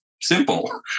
simple